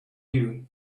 you